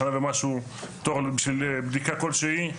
שנה ומשהו תור בשביל בדיקה כלשהי,